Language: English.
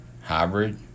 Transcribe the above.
hybrid